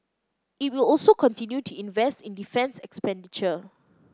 it will also continue to invest in defence expenditure